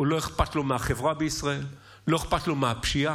לא אכפת לו מהחברה בישראל, לא אכפת לו מהפשיעה,